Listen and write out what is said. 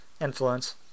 influence